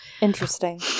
Interesting